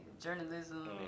journalism